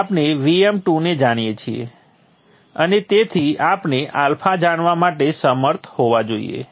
આપણે Vm2 ને જાણીએ છીએ અને તેથી આપણે α જાણવા માટે સમર્થ હોવા જોઈએ